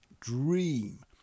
dream